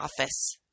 office